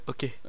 Okay